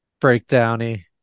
breakdowny